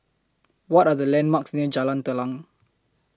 What Are The landmarks near Jalan Telang